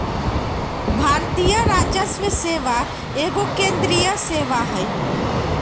भारतीय राजस्व सेवा एगो केंद्रीय सेवा हइ